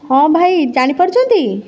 ହଁ ଭାଇ ଜାଣିପାରୁଛନ୍ତି